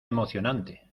emocionante